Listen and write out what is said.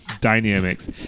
Dynamics